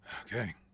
Okay